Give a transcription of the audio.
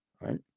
Right